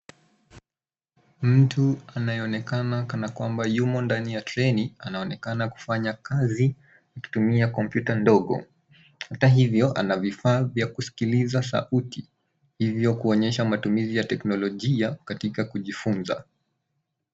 Mtu anayeonekana kana kwamba yumo ndani ya treni, anaonekana kufanya kazi kutumia kompyuta ndogo. Hata hivyo ana vifaa vya kusikiliza sauti, hivyo kuonyesha matumizi ya teknolojia katika kujifunza.